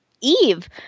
Eve